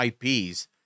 IPs